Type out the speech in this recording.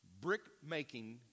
brick-making